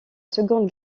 seconde